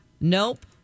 Nope